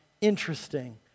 interesting